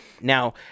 Now